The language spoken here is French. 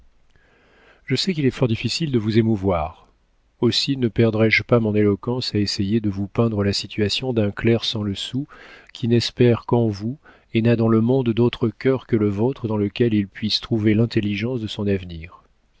je sais qu'il est fort difficile de vous émouvoir aussi ne perdrai je pas mon éloquence à essayer de vous peindre la situation d'un clerc sans le sou qui n'espère qu'en vous et n'a dans le monde d'autre cœur que le vôtre dans lequel il puisse trouver l'intelligence de son avenir